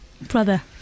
Brother